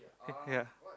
ya ya